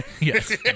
Yes